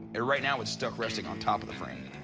and right now, it's stuck resting on top of the frame.